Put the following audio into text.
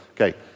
Okay